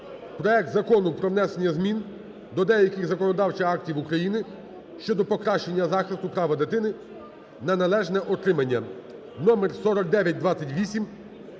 проект Закону про внесення змін до деяких законодавчих актів України щодо покращення захисту права дитини на належне утримання (№ 4928)